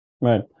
Right